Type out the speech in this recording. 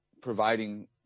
providing